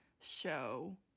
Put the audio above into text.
show